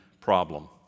problem